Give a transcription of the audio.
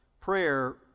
prayer